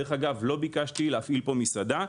דרך אגב לא ביקשתי להפעיל פה מסעדה.